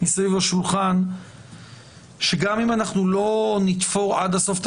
מסביב לשולחן שגם אם לא נתפור עד הסוף את